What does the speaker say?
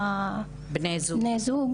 אבל כל העניין של המוגנות והגנה על העדים,